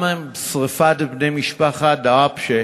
גם שרפת בני משפחת דוואבשה